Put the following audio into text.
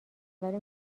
ولی